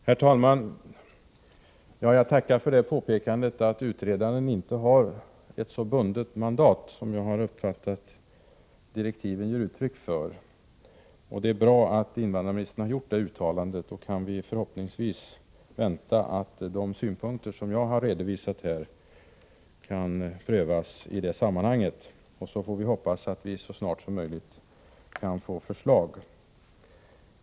Herr talman! Jag tackar för påpekandet att utredaren inte har ett så bundet mandat som jag har uppfattat att direktiven ger uttryck för. Det är bra att invandrarministern har gjort detta uttalande. Då kan vi förhoppningsvis vänta att de synpunkter som jag här har redovisat kan prövas i sammanhanget. Sedan får vi hoppas att det så snart som möjligt kommer ett förslag.